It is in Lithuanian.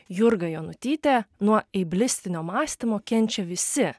jurga jonutytė nuo eiblistinio mąstymo kenčia visi